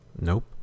Nope